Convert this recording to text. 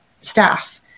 staff